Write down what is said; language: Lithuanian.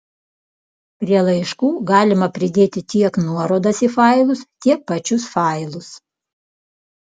prie laiškų galima pridėti tiek nuorodas į failus tiek pačius failus